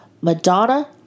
Madonna